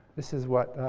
this is what